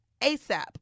ASAP